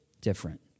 different